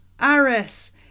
Aris